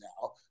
now